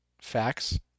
facts